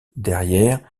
derrière